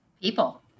People